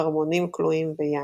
ערמונים קלויים ויין.